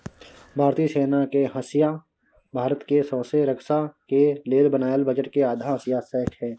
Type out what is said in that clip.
भारतीय सेना के हिस्सा भारत के सौँसे रक्षा के लेल बनायल बजट के आधा हिस्सा छै